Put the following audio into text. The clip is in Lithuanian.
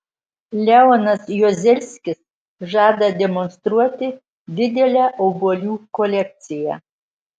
leonas juozelskis žada demonstruoti didelę obuolių kolekciją